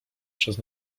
przez